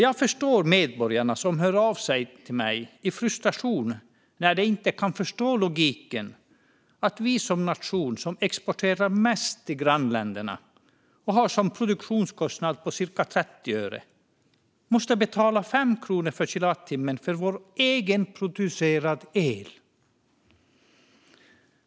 Jag förstår de medborgare som hör av sig till mig i frustration när de inte kan förstå logiken i att vi som nation, som exporterar mest till grannländerna och har en produktionskostnad på cirka 30 öre, måste betala 5 kronor per kilowattimme för vår egenproducerade el.